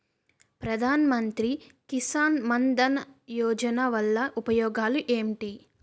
ప్రధాన మంత్రి కిసాన్ మన్ ధన్ యోజన వల్ల ఉపయోగాలు ఏంటి?